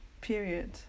period